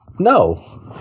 no